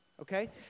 okay